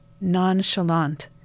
nonchalant